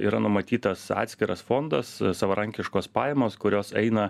yra numatytas atskiras fondas savarankiškos pajamos kurios eina